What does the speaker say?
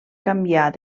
canviar